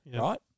right